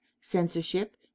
censorship